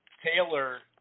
Taylor